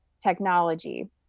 technology